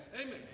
amen